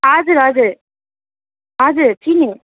हजुर हजुर हजुर चिनेँ